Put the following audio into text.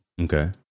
okay